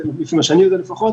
לפי מה שאני יודע לפחות,